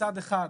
מצד אחד,